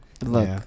Look